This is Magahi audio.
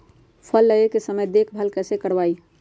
फल लगे के समय देखभाल कैसे करवाई?